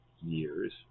years